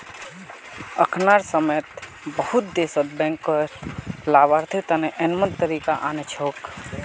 अखनार समय बहुत देशत बैंकत लाभार्थी तने यममन तरीका आना छोक